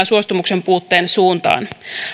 suostumuksen puutteen suuntaan